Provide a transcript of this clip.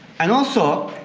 and also